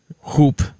hoop